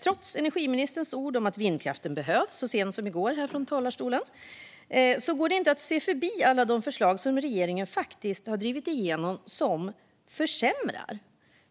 Trots energiministerns ord, så sent som i går härifrån talarstolen, om att vindkraften behövs går det inte att se förbi alla förslag som regeringen drivit igenom som försämrar